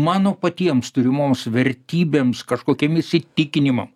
mano patiems turimoms vertybėms kažkokiem įsitikinimam